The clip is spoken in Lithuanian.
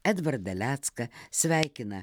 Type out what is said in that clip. edvardą lecką sveikina